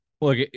look